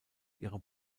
ihre